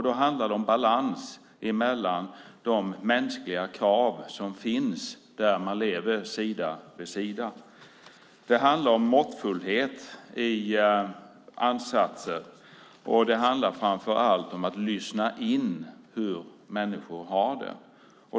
Då handlar det om balans mellan de mänskliga krav som finns där man lever sida vid sida. Det handlar om måttfullhet i ansatser, och det handlar framför allt om att lyssna in hur människor har det.